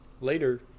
Later